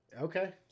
Okay